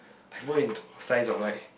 I fold into a size of like